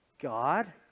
God